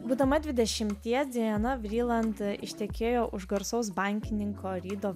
būdama dvidešimties diana vriland ištekėjo už garsaus bankininko rido